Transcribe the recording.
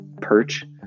perch